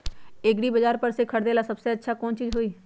एग्रिबाजार पर से खरीदे ला सबसे अच्छा चीज कोन हई?